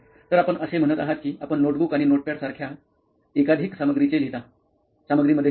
तर आपण असे म्हणत आहात की आपण नोटबुक आणि नोटपॅड सारख्या एकाधिक सामग्री मध्ये लिहाता